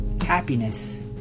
happiness